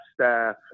staff